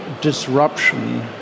disruption